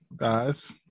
guys